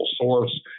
source